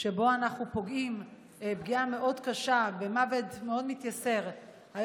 שבה אנחנו פוגעים פגיעה קשה מאוד ומוות מייסר מאוד.